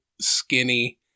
skinny